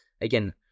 Again